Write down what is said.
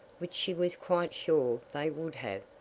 which she was quite sure they would have,